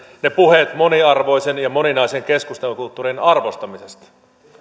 ne puheet moniarvoisen ja moninaisen keskustelukulttuurin arvostamisesta